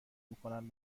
میکنن